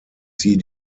sie